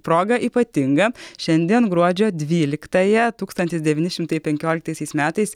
proga ypatinga šiandien gruodžio dvyliktąją tūkstantis devyni šimtai penkioliktaisiais metais